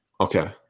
okay